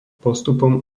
postupom